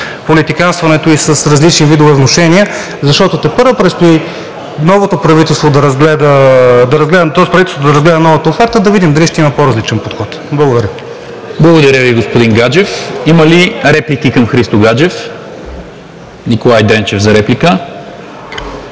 политиканстването и с различни видове внушения, защото тепърва предстои правителството да разгледа новата оферта, да видим дали ще има по-различен подход. Благодаря. ПРЕДСЕДАТЕЛ НИКОЛА МИНЧЕВ: Благодаря Ви, господин Гаджев. Има ли реплики към Христо Гаджев? Николай Дренчев за реплика.